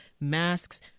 masks